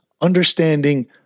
understanding